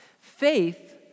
Faith